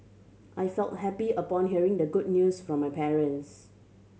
I felt happy upon hearing the good news from my parents